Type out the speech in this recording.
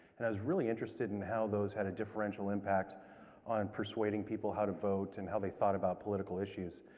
and i was really interested in how those had a differential impact on persuading people how to vote, and how they thought about political issues,